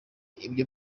ibyo